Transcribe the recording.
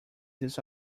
this